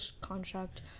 contract